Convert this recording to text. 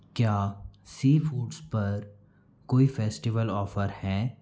क्या sea foods पर कोई फेस्टिवल ऑफर है